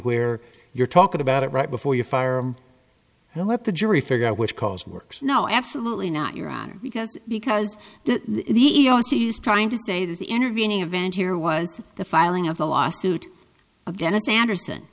where you're talking about it right before you fire him and let the jury figure out which calls works no absolutely not your honor because because the e e o c used trying to say that the intervening event here was the filing of the lawsuit of dennis anderson